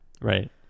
Right